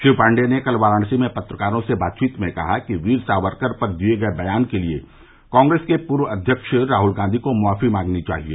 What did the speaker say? श्री पांडेय ने कल वाराणसी में पत्रकारों से बातचीत में कहा कि वीर सावरकर पर दिए बयान के लिए कांग्रेस के पूर्व अध्यक्ष राहुल गांधी को माफी मांगनी चाहिए